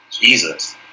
Jesus